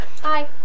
Hi